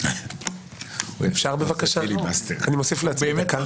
אני מוסיף לעצמי דקה.